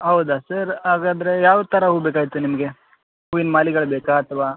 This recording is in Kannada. ಹೌದ ಸರ್ ಹಾಗಾದ್ರೆ ಯಾವ ಥರ ಹೂ ಬೇಕಾಗಿತ್ತು ನಿಮಗೆ ಹೂವಿನ ಮಾಲೆಗಳ್ ಬೇಕಾ ಅಥವಾ